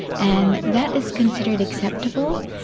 and that is considered acceptable,